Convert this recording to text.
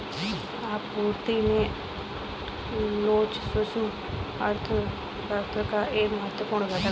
आपूर्ति में लोच सूक्ष्म अर्थशास्त्र का एक महत्वपूर्ण घटक है